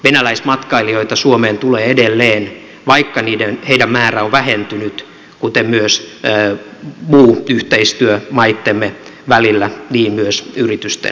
venäläismatkailijoita suomeen tulee edelleen vaikka heidän määränsä on vähentynyt kuten myös muu yhteistyö maittemme välillä niin myös yritysten kesken